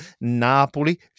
Napoli